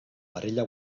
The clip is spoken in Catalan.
parella